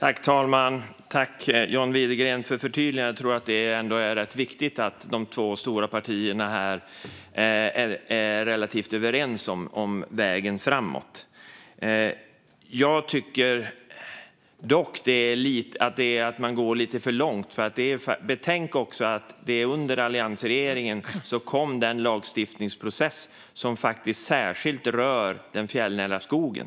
Fru talman! Jag tackar John Widegren för förtydligandet. Jag tror att det är rätt viktigt att de två stora partierna här är relativt överens om vägen framåt. Jag tycker dock att man går lite för långt. Betänk att det var under alliansregeringen som den lagstiftningsprocess kom fram som särskilt rör den fjällnära skogen.